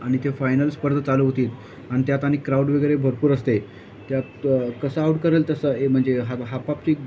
आणि ते फायनल स्पर्धा चालू होतील आणि त्यात आणि क्राऊड वगैरे भरपूर असतं आहे त्यात कसं आऊट करेल तसं हे म्हणजे हा हापापची